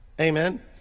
Amen